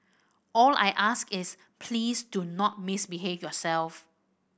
all I ask is please do not misbehave yourself